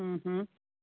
हूं हूं